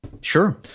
Sure